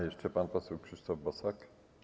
Jeszcze pan poseł Krzysztof Bosak.